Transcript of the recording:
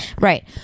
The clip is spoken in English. right